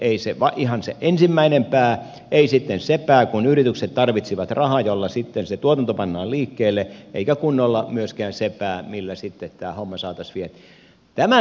ei ihan se ensimmäinen pää ei sitten se pää kun yritykset tarvitsisivat rahaa jolla sitten se tuotanto pannaan liikkeelle eikä kunnolla myöskään se pää millä tämä homma saataisiin vientiin